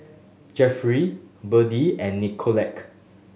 Jefferey Beadie and Nicolette